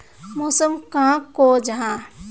मौसम कहाक को जाहा?